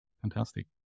fantastic